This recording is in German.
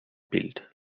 bild